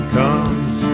comes